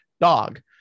Dog